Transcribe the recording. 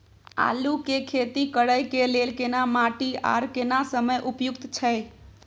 आलू के खेती करय के लेल केना माटी आर केना समय उपयुक्त छैय?